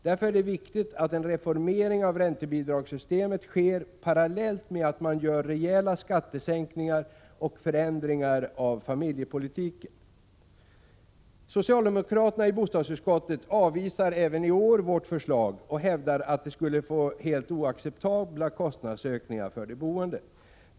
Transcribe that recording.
Därför är det viktigt att en reformering av räntebidragssystemet sker parallellt med att man gör rejäla skattesänkningar och förändringar av familjepolitiken. Socialdemokraterna i bostadsutskottet avvisar även i år vårt förslag och hävdar att det skulle få till följd helt oacceptabla kostnadsökningar för de boende.